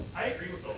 i agree